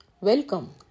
Welcome